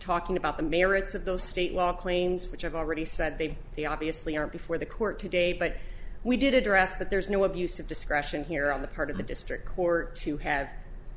talking about the merits of those state law claims which i've already said they they obviously are before the court today but we did address that there's no abuse of discretion here on the part of the district court to have